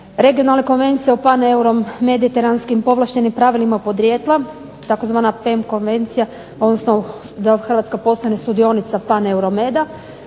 regionalne konvencije o pan-Euro mediteranskim povlaštenim pravilima podrijetla, tzv. PEM konvencija odnosno da Hrvatska postane sudionica Pan-euro med-a